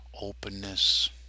openness